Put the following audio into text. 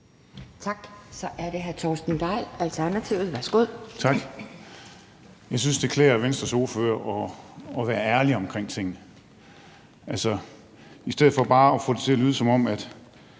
Kl. 20:25 Torsten Gejl (ALT): Tak. Jeg synes, det klæder Venstres ordfører at være ærlig omkring tingene. Altså, i stedet for bare at få det til at lyde, som om der